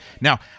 Now